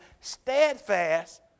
steadfast